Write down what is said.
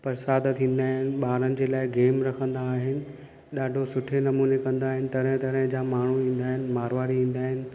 परसाद थींदा आहिनि ॿारनि जे लाइ गेम रखंदा आहिनि ॾाढो सुठे नमूने कंदा आहिनि तरह तरह जा माण्हू ईंदा आहिनि मारवाड़ी ईंदा आहिनि